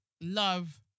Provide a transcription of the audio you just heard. love